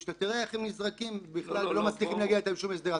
ותראה איך הם נזרקים ולא מצליחים להגיע איתם לשום הסדר,